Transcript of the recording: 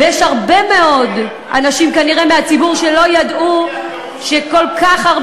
וכנראה יש הרבה מאוד אנשים מהציבור שלא ידעו שכל כך,